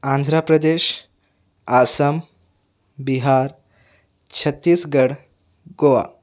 Andhra Pradesh Assam Bihar Chhattisgarh Goa